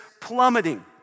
plummeting